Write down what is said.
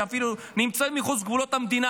שאפילו נמצאים מחוץ לגבולות המדינה,